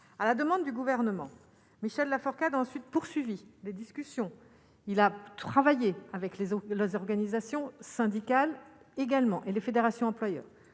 à la demande du gouvernement, Michel Lafourcade ensuite poursuivi des discussions, il a travaillé avec les autres, les organisations syndicales également et les fédérations employeur